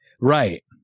Right